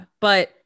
but-